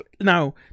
Now